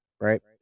right